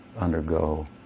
undergo